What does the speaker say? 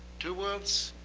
towards